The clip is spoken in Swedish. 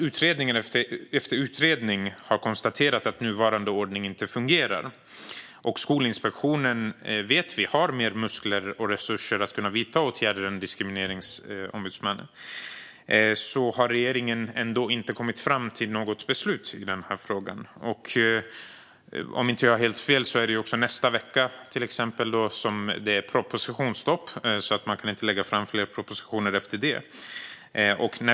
Utredning efter utredning har konstaterat att nuvarande ordning inte fungerar. Vi vet att Skolinspektionen har mer muskler och resurser att kunna vidta åtgärder än Diskrimineringsombudsmannen. Trots det har regeringen ändå inte kommit fram till något beslut i den här frågan. Om jag inte har helt fel är det nästa vecka som det är propositionsstopp. Regeringen kan inte lägga fram fler propositioner efter det.